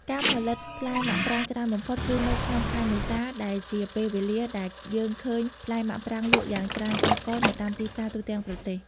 ការផលិតផ្លែមាក់ប្រាងច្រើនបំផុតគឺនៅក្នុងខែមេសា ដែលជាពេលវេលាដែលយើងឃើញផ្លែមាក់ប្រាងលក់យ៉ាងច្រើនកុះករនៅតាមទីផ្សារទូទាំងប្រទេស។